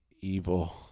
evil